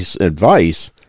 advice